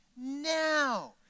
now